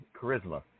charisma